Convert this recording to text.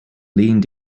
leaned